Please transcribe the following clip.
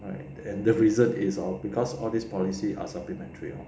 right and the reason is orh because all this policy are supplementary